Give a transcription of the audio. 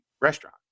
restaurant